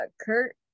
kurt